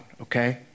okay